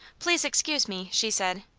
please excuse me, she said.